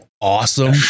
awesome